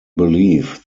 believe